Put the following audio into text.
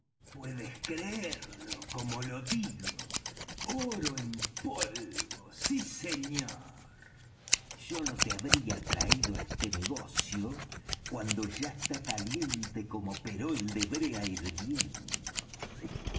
puedes creerlo como lo digo oro en polvo sí señor yo no te habría traído á este negocio cuando ya está caliente como perol de brea hirviendo